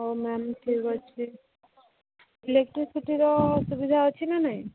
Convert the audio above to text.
ହଉ ମ୍ୟାମ୍ ଠିକ୍ ଅଛି ଇଲେକ୍ଟ୍ରିସିଟିର ସୁବିଧା ଅଛି ନା ନାହିଁ